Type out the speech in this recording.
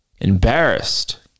Embarrassed